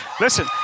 Listen